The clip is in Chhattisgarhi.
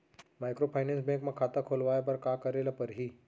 माइक्रोफाइनेंस बैंक म खाता खोलवाय बर का करे ल परही?